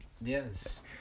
yes